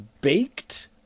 Baked